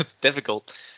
difficult